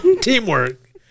Teamwork